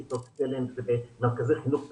בכיתות תל"ם ובמרכזי חינוך טכנולוגיים,